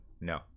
no